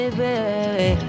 baby